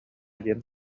диэн